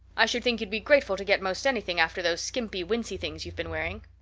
i should think you'd be grateful to get most anything after those skimpy wincey things you've been wearing.